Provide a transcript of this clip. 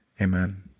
amen